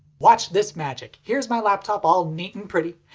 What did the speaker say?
watch this magic! here's my laptop all neat and pretty.